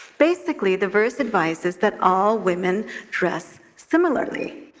basically, the verse advises that all women dress similarly,